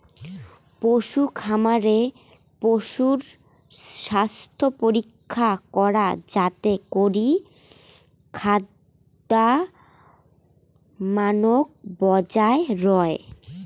পশুখামারে পশুর স্বাস্থ্যপরীক্ষা করা যাতে করি খাদ্যমানক বজায় রয়